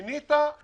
שינית דחית.